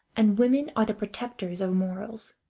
and women are the protectors of morals.